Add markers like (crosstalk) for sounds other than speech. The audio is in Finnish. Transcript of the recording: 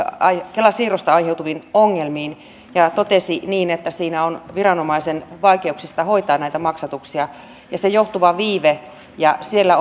kela siirrosta aiheutuviin ongelmiin ja ja totesi niin että siinä on viranomaisen vaikeuksia hoitaa näitä maksatuksia ja siitä johtuva viive siellä (unintelligible)